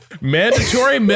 Mandatory